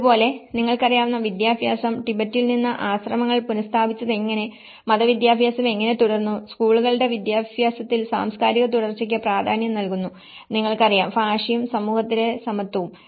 അതുപോലെ നിങ്ങൾക്കറിയാവുന്ന വിദ്യാഭ്യാസം ടിബറ്റിൽ നിന്ന് ആശ്രമങ്ങൾ പുനഃസ്ഥാപിച്ചതെങ്ങനെ മതവിദ്യാഭ്യാസം എങ്ങനെ തുടർന്നു സ്കൂളുകളുടെ വിദ്യാഭ്യാസത്തിൽ സാംസ്കാരിക തുടർച്ചയ്ക്ക് പ്രാധാന്യം നൽകുന്നു നിങ്ങൾക്ക് അറിയാം ഭാഷയും സമൂഹത്തിലെ സമത്വവും